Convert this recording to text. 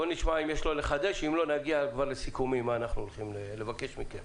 בוא נשמע אם יש לחדש או שנגיע לסיכומים ומה אנחנו הולכים לבקש מכם.